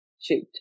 shoot